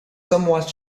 somewhat